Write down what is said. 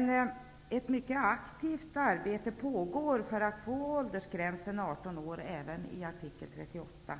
backa. Ett mycket aktivt arbete pågår ändå för att åldersgränsen 18 år skall skrivas in i artikel 38.